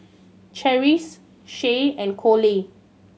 Charisse Shay and Kole